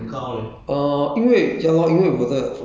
有有有有挺多的